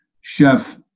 Chef